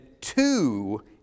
two